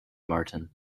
martin